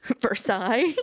Versailles